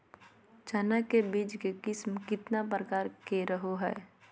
चना के बीज के किस्म कितना प्रकार के रहो हय?